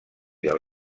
del